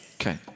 Okay